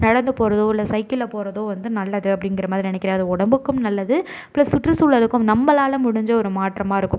நடந்து போகிறதோ இல்லை சைக்கிளில் போகிறதோ வந்து நல்லது அப்படிங்கிற மாதிரி நினைக்கிறேன் அது உடம்புக்கும் நல்லது ப்ளஸ் சுற்றுசூழலுக்கும் நம்பளால் முடிஞ்ச ஒரு மாற்றமாக இருக்கும்